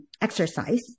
exercise